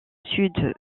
sud